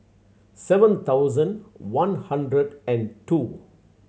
seven thousand one hundred and two